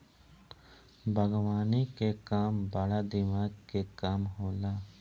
बागवानी के काम बड़ा दिमाग के काम होला